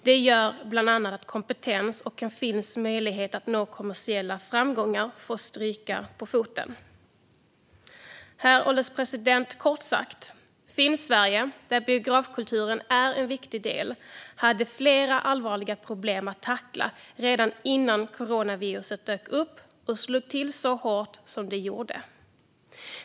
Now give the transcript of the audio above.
Det gör bland annat att kompetens och en films möjlighet att nå kommersiella framgångar får stryka på foten. Herr ålderspresident! Filmsverige, där biografkulturen är en viktig del, hade kort sagt flera allvarliga problem att tackla redan innan coronaviruset dök upp och slog till så hårt som det gjorde.